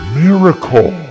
Miracle